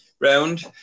round